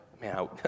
Man